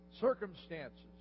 circumstances